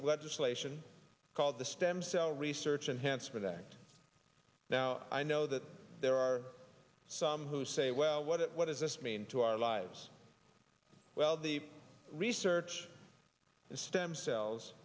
of legislation called the stem cell research and hence for that now i know that there are some who say well what it what does this mean to our lives well the research in stem cells